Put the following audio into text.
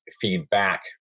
feedback